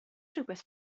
rywbeth